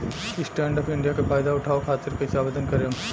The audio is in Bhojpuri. स्टैंडअप इंडिया के फाइदा उठाओ खातिर कईसे आवेदन करेम?